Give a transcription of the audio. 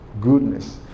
goodness